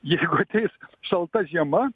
jeigu ateis šalta žiema